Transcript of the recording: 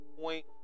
point